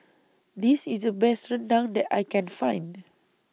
This IS The Best Rendang that I Can Find